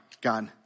God